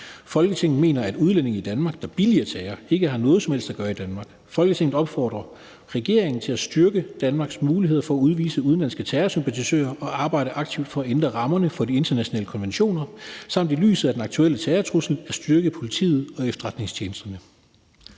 Folketinget mener, at udlændinge i Danmark, der billiger terror, ikke har noget som helst at gøre i Danmark. Folketinget opfordrer regeringen til at styrke Danmarks muligheder for at udvise udenlandske terrorsympatisører og arbejde aktivt for at ændre rammerne for de internationale konventioner samt i lyset af den aktuelle terrortrussel at styrke politiet og efterretningstjenesterne.«